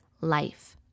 life